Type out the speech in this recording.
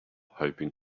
hoping